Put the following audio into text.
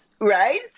Right